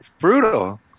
brutal